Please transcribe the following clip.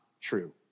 true